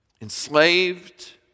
enslaved